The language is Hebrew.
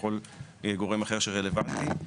וכל גורם אחר שרלוונטי.